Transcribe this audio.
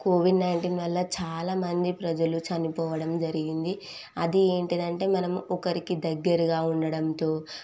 Covid nineteen వల్ల చాలామంది ప్రజలు చనిపోవడం జరిగింది అది ఏంటంటే మనం ఒకరికి దగ్గరగా ఉండడంతో